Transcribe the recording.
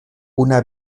una